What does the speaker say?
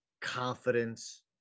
confidence